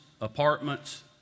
apartments